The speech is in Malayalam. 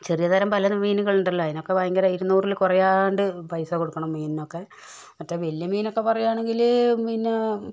ചെറിയ തരം പലതരം മീനുകൾ ഉണ്ടല്ലോ അതിനൊക്കെ ഭയങ്കര ഇരുന്നൂറിൽ കുറയാണ്ട് പൈസ കൊടുക്കണം മീനിനൊക്കെ മറ്റേ വലിയ മീനൊക്കെ പറയുകയാണെങ്കിൽ പിന്നെ